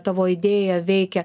tavo idėja veikia